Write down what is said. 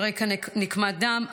על רקע נקמת דם,